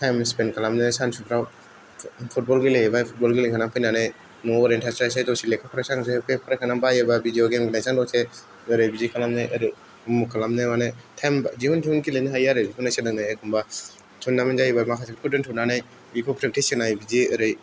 time spend खालामनो सानसुफ्राव football गेलेहैबाय फुटबल गेलेहैनानै न'आव ओरैनो थास्लाय स्लाय दसे लेखा फरायस्लाय फरायनो बायोबा भिडिय' होनायजों दसे ओरै बिदि खालामनाय ओरौ अमुक खालामनाय मानाय टाइम दिहुन दिहुन गेलेनो हायो आरो बेखौ एसे नायनानै एखम्बा थुर्नामेन जायोबा माखासेखौ दोनथ'नानै ओरै प्रेक्टिस होनाय